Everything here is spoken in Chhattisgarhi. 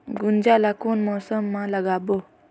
गुनजा ला कोन मौसम मा लगाबो?